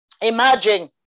Imagine